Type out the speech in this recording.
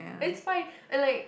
it's fine and like